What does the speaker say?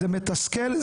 זה מתסכל,